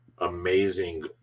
amazing